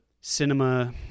cinema